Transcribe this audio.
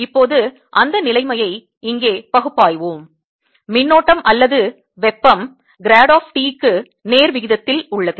இப்போது அந்த நிலைமையை இங்கே பகுப்பாய்வோம் மின்னோட்டம் அல்லது வெப்பம் grad ஆப் T க்கு நேர்விகிதத்தில் உள்ளது